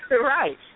right